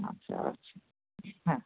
আচ্ছা আচ্ছা হ্যাঁ